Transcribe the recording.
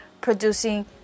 producing